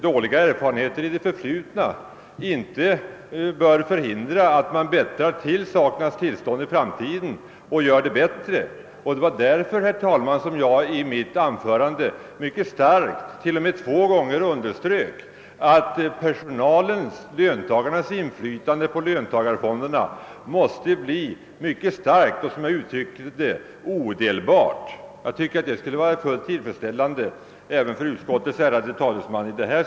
Dåliga erfarenheter i det förflutna bör inte hindra oss från att pröva nya förslag med bättre utformade regler. Det var därför som jag i mitt första anförande två gånger underströk att löntagarnas inflytande på löntagarfonderna måste bli mycket starkt och, som jag uttryckte det, odelbart. Det borde vara fullt tillfredsställande även för utskottets ärade talesman.